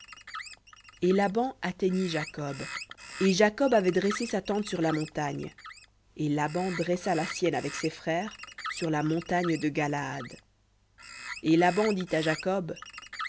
et laban atteignit jacob et jacob avait dressé sa tente sur la montagne et laban dressa avec ses frères sur la montagne de galaad et laban dit à jacob